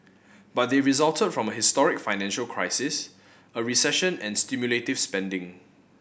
but they resulted from a historic financial crisis a recession and stimulative spending